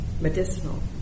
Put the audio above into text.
medicinal